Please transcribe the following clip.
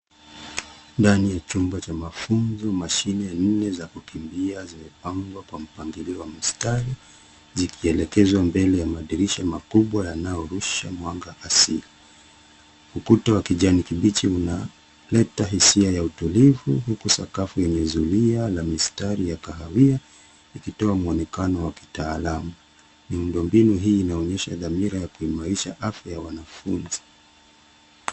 Ndani ya chumba cha mafunzo, mashine nne za kukimbia zimepangwa kwa mpangilio wa mstari zikielekezwa mbele ya madirisha makubwa yanayorusha mwanga asili. Ukuta wa kijani kibichi unaleta hisia ya utulivu huku sakafu yenye zulia la mistari ya kahawia ikitoa mwonekano wa kitaalamu. Miundombinu hii inaonyesha dhamira ya kuimarisha afya ya wanafunzi.